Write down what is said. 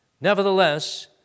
Nevertheless